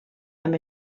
amb